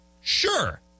sure